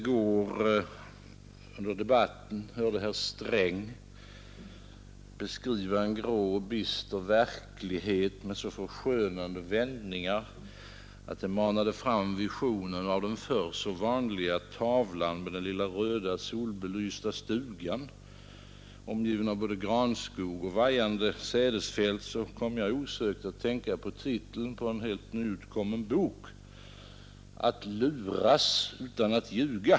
Då jag under debatten i går hörde herr Sträng beskriva en grå och bister verklighet i så förskönande vändningar att de manade fram visionen av den förr så vanliga tavlan med den lilla röda, solbelysta stugan, omgiven av både granskog och vajande sädesfält, kom jag osökt att tänka på titeln på en nyutkommen bok, Att luras utan att ljuga.